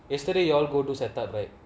yesterday you all go to set up but